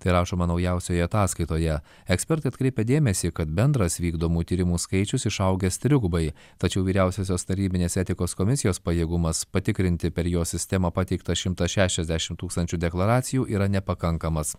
tai rašoma naujausioje ataskaitoje ekspertai atkreipia dėmesį kad bendras vykdomų tyrimų skaičius išaugęs trigubai tačiau vyriausiosios tarnybinės etikos komisijos pajėgumas patikrinti per jo sistemą pateikta šimtas šešiasdešim tūkstančių deklaracijų yra nepakankamas